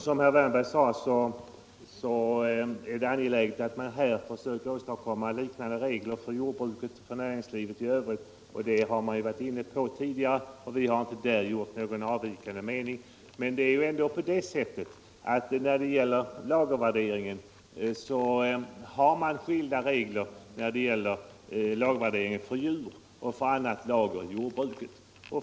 Herr talman! Som herr Wärnberg sade är det angeläget att man försöker åstadkomma likartade regler för jordbruket och näringslivet i övrigt. Det. har man varit inne på tidigare, och vi har inte haft någon avvikande mening. Men när det gäller lagervärderingen har man skilda regler för lager av djur och för annat lager i jordbruket.